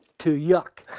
to yuck.